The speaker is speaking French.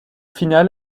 final